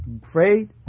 great